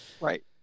right